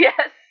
Yes